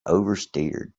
oversteered